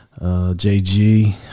JG